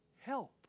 help